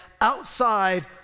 outside